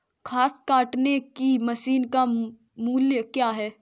घास काटने की मशीन का मूल्य क्या है?